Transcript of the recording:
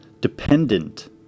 dependent